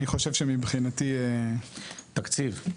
אני חושב שמבחינתי --- תקציב.